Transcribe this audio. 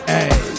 Hey